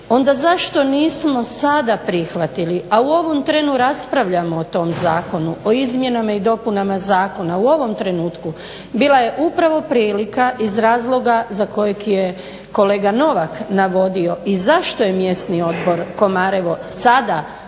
onda zašto nismo sada prihvatili, a u ovom trenu raspravljamo o tom zakonu, o izmjenama i dopunama zakona u ovom trenutku bila je upravo prilika iz razloga za kojeg je kolega Novak navodio i zašto je mjesni odbor Komarevo sada pokrenuo